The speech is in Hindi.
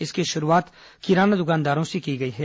इसकी शुरूआत किराना दुकानदारों से की गई हैं